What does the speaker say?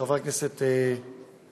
חברת הכנסת כהן-פארן,